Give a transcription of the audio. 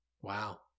Wow